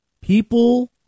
people